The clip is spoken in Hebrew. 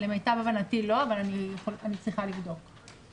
למיטב הבנתי לא, אבל אני צריכה לבדוק.